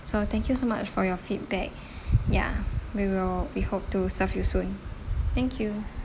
so thank you so much for your feedback ya we will we hope to serve you soon thank you